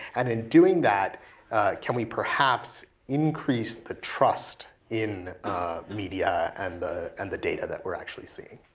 and in doing that can we perhaps increase the trust in media and the and the data that we're actually seeing?